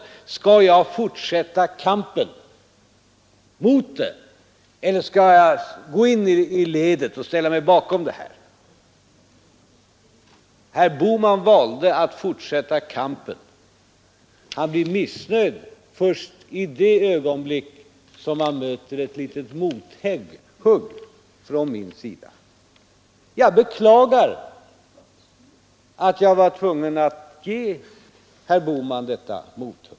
Herr Bohman hade då att välja: Skall jag fortsätta kampen mot det, eller skall jag gå in i ledet och ställa mig bakom? Herr Bohman valde att fortsätta kampen. Han blir missnöjd först i det ögonblick då han möter ett mothugg från min sida. Jag beklagar att jag var tvungen att ge herr Bohman detta mothugg.